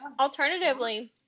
Alternatively